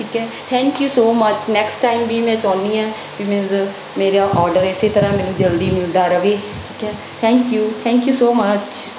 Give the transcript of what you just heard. ਠੀਕ ਹੈ thank you so much next time ਵੀ ਮੈਂ ਚਾਹੁੰਦੀ ਹਾਂ ਵੀ ਮੀਨਜ਼ ਮੇਰਾ ਔਡਰ ਇਸੇ ਤਰ੍ਹਾਂ ਮੈਨੂੰ ਜਲਦੀ ਮਿਲਦਾ ਰਹੇ ਠੀਕ ਹੈ thank you thank you so much